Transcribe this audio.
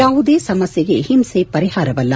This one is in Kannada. ಯಾವುದೇ ಸಮಸ್ಯೆಗೆ ಹಿಂಸೆ ಪರಿಹಾರವಲ್ಲ